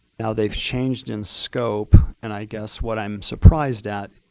now they've changed in scope. and i guess what i'm surprised at,